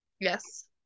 Yes